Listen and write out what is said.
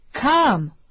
Come